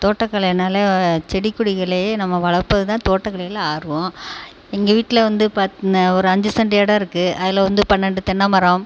தோட்டக்கலைன்னாலே செடி கொடிகளையே நாம் வளர்ப்பது தான் தோட்டக்கலையில் ஆர்வம் எங்கள் வீட்டில் வந்து ப ந ஒரு அஞ்சு சென்ட் இடம் இருக்குது அதில் வந்து பன்னெண்டு தென்னைமரம்